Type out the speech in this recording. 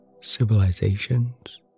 civilizations